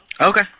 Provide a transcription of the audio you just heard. Okay